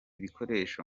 bikoresho